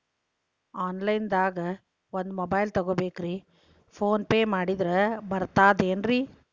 Online ದಾಗ ಒಂದ್ mobile ತಗೋಬೇಕ್ರಿ ಫೋನ್ ಪೇ ಮಾಡಿದ್ರ ಬರ್ತಾದೇನ್ರಿ?